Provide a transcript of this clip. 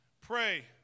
Pray